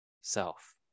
self